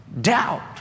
Doubt